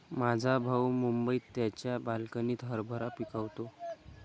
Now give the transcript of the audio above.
माझा भाऊ मुंबईत त्याच्या बाल्कनीत हरभरा पिकवतो